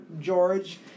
George